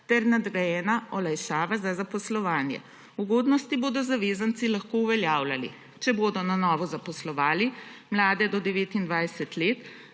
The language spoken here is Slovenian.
ter nadgrajena olajšava za zaposlovanje. Ugodnosti bodo zavezanci lahko uveljavljali, če bodo na novo zaposlovali mlade do 29 let,